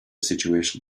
situation